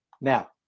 Now